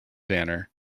banner